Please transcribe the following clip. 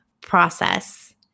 process